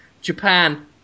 Japan